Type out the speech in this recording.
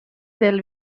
del